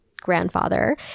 grandfather